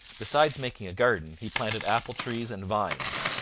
besides making a garden, he planted apple-trees and vines.